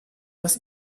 aus